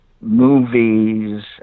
movies